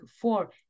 four